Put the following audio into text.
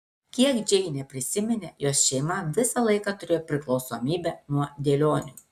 kiek džeinė prisiminė jos šeima visą laiką turėjo priklausomybę nuo dėlionių